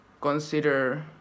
consider